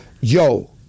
yo